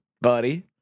buddy